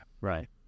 right